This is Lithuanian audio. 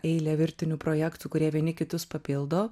eilė virtinių projektų kurie vieni kitus papildo